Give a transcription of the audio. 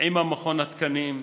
עם מכון התקנים,